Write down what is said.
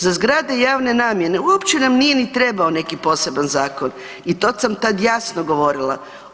Za zgrade javne namjene uopće nam ni nije trebao neki poseban zakon i to sam tad jasno govorila.